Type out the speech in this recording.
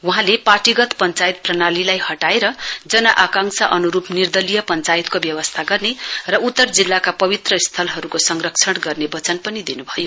वहाँले पार्टीगत पञ्चायत प्रणालीलाई हटाएर जन आंकाक्षा अनुरूप निर्दलीय पञ्चायतको व्यवस्था गर्ने र उत्तर जिल्लाका पवित्र स्थलहरूको संरक्षण गर्ने वचन पनि दिनुभयो